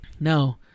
No